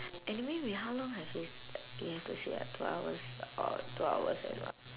anyway we how long have we s~ we have to sit here two hours or two hours and what